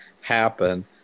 happen